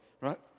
right